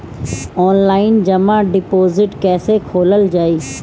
Online जमा deposit कैसे खोलल जाइ?